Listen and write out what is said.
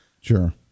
Sure